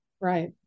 Right